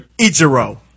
Ichiro